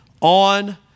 on